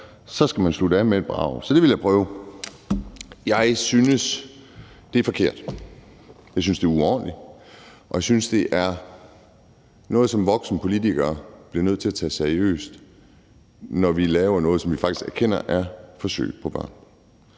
så skal man slutte af med et brag. Så det vil jeg prøve. Jeg synes, det er forkert, jeg synes, det er uordentligt, og jeg synes, det er noget, som voksne politikere bliver nødt til at tage seriøst, altså når vi laver noget, som vi faktisk erkender er forsøg på børn.